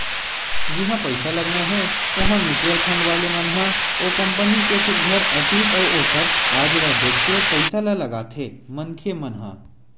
जिहाँ पइसा लगाना हे उहाँ म्युचुअल फंड वाले मन ह ओ कंपनी के सुग्घर अतीत अउ ओखर आज ल देख के पइसा ल लगाथे मनखे मन ह